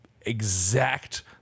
exact